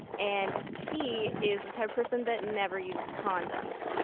and he is the type person that never uses condoms.